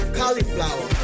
cauliflower